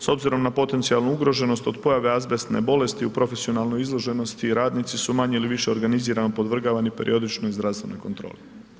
S obzirom na potencijalnu ugroženost od pojave azbestne bolesti u profesionalnoj izloženosti radnici su manje ili više organizirano podvrgavani periodičnoj zdravstvenoj kontroli.